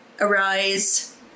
arise